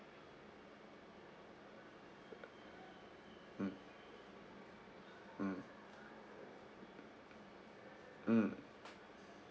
mm mm mm